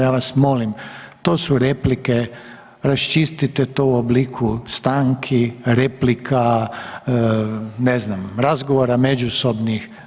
Ja vas molim to su replike raščiste to u obliku stanku, replika, ne znam razgovora međusobnih.